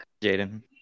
Jaden